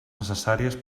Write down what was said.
necessàries